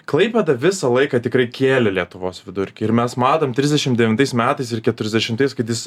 klaipėda visą laiką tikrai kėlė lietuvos vidurkį ir mes matom trisdešim devintais metais ir keturiasdešimtais kad jis